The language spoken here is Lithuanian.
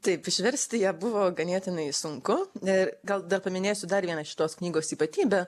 taip išversti ją buvo ganėtinai sunku ir gal dar paminėsiu dar vieną šitos knygos ypatybę